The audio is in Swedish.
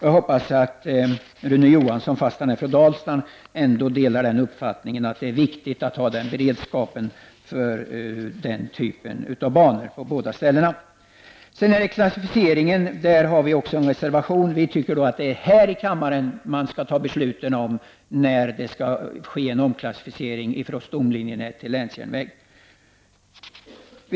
Jag hoppas att Rune Johans son, fastän han är från Dalsland, ändå delar uppfattningen att det är viktigt att ha en beredskap för den typen av banor på båda ställena. Vi har också en reservation när det gäller klassificeringen. Vi anser att det är här i kammaren som man skall fatta beslut om när en omklassificering från stomlinjenät till länsjärnväg skall ske.